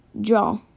draw